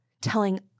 telling